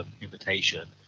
invitation